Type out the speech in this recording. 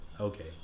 okay